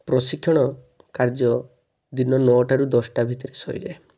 ପ୍ରଶିକ୍ଷଣ କାର୍ଯ୍ୟ ଦିନ ନଅଟା ରୁ ଦଶଟା ଭିତରେ ସରିଯାଏ